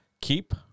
Keep